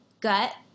gut